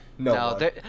No